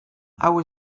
hau